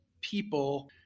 people